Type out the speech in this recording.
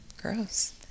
Gross